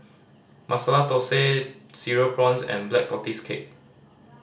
Masala Thosai Cereal Prawns and Black Tortoise Cake